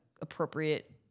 appropriate